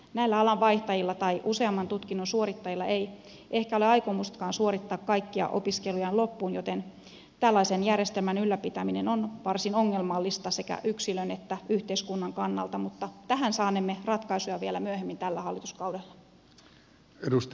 näillä alanvaihtajilla tai useamman tutkinnon suorittajilla ei ehkä ole aikomustakaan suorittaa kaikkia opiskelujaan loppuun joten tällaisen järjestelmän ylläpitäminen on varsin ongelmallista sekä yksilön että yhteiskunnan kannalta mutta tähän saanemme ratkaisuja vielä myöhemmin tällä hallituskaudella